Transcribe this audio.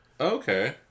Okay